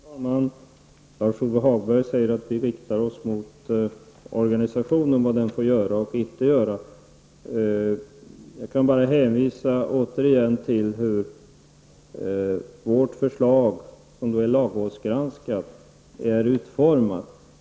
Herr talman! Lars-Ove Hagberg säger att vi riktar oss mot vad organisationen får göra och inte göra. Jag kan bara hänvisa återigen till hur vårt förslag, som är lagrådsgranskat, är utformat.